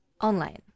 online